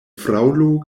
fraŭlo